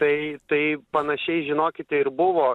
tai tai panašiai žinokite ir buvo